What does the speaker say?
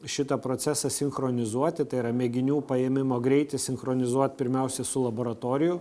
šitą procesą sinchronizuoti tai yra mėginių paėmimo greitį sinchronizuot pirmiausia su laboratorijų